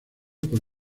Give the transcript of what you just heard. por